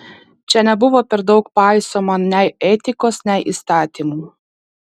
čia nebuvo per daug paisoma nei etikos nei įstatymų